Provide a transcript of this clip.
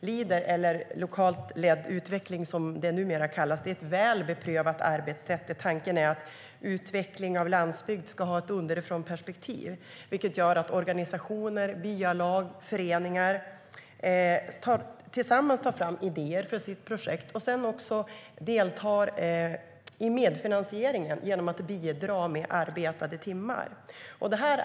Leader, lokalt ledd utveckling som det numera kallas, är ett väl beprövat arbetssätt där tanken är att utveckling av landsbygd ska ha ett underifrånperspektiv. Organisationer, byalag och föreningar tar tillsammans fram idéer för sina projekt och deltar sedan i medfinansieringen genom att bidra med arbetade timmar.